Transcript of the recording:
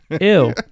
Ew